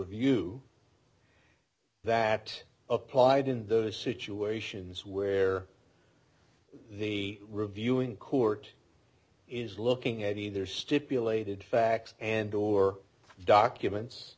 view that applied in those situations where the reviewing court is looking at either stipulated facts and or documents